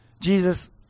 Jesus